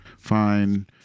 fine